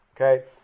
Okay